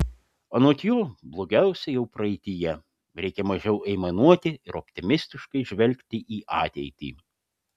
anot jo blogiausia jau praeityje reikia mažiau aimanuoti ir optimistiškai žvelgti į ateitį